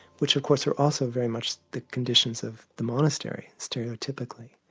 which of course are also very much the conditions of the monastery, stereotypically,